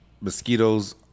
mosquitoes